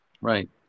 Right